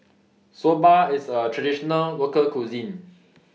Soba IS A Traditional Local Cuisine